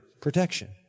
protection